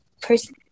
person